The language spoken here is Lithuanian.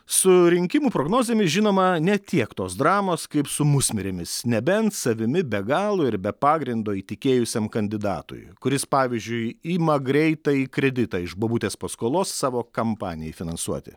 su rinkimų prognozėmis žinoma ne tiek tos dramos kaip su musmirėmis nebent savimi be galo ir be pagrindo įtikėjusiam kandidatui kuris pavyzdžiui ima greitąjį kreditą iš bobutės paskolos savo kampanijai finansuoti